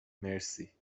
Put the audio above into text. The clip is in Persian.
مرسی